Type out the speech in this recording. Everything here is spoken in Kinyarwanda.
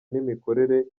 n’imikorere